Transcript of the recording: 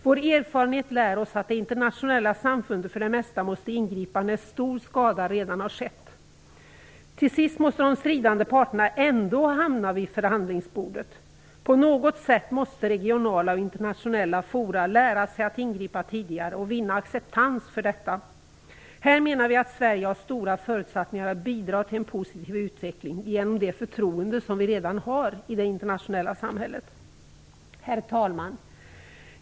Vår erfarenhet lär oss att det internationella samfundet för det mesta måste ingripa när stor skada redan har skett. Till sist kommer de stridande parterna ändå att hamna vid förhandlingsbordet. På något sätt måste regionala och internationella fora lära sig att ingripa tidigare och vinna acceptans för detta. Här menar vi att Sverige har stora förutsättningar att bidra till en positiv utveckling genom det förtroende vi redan har i det internationella samfundet. Herr talman!